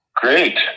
Great